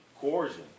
coercion